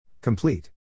Complete